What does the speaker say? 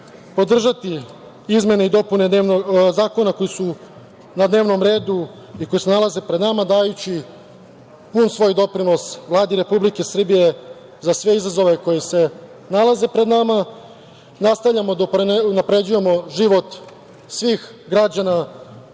podržati izmene i dopune zakona koji su na dnevnom redu i koji se nalaze pred nama dajući pun svoj doprinos Vladi Republike Srbije za sve izazove koji se nalaze pred nama. Nastavljamo da unapređujemo život svih građana